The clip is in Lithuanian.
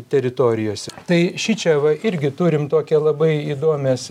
teritorijose tai šičia va irgi turim tokią labai įdomias